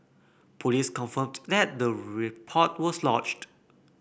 police confirmed that the report was lodged